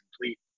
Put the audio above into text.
complete